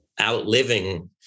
outliving